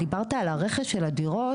דיברת על הרכש של הדירות.